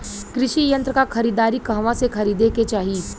कृषि यंत्र क खरीदारी कहवा से खरीदे के चाही?